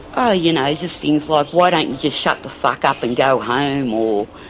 ah you know, just things like, why don't you just shut the fuck up and go home or,